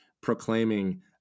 proclaiming